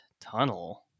tunnel